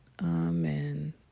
Amen